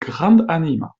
grandanima